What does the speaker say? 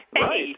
Right